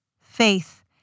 faith